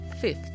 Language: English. Fifth